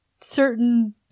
certain